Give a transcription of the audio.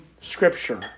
Scripture